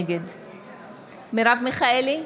נגד מרב מיכאלי,